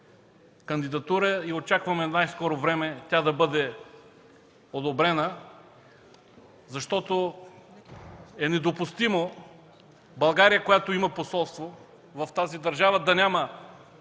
кандидатура и очакваме в най-скоро време тя да бъде одобрена, защото е недопустимо България, която има посолство в тази държава, да няма